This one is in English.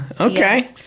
Okay